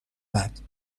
بعد